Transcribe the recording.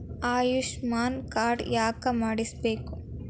Ayushman card ಯಾಕೆ ಮಾಡಿಸಬೇಕು?